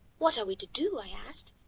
what are we to do? i asked.